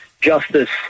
justice